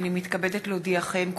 הנני מתכבדת להודיעכם,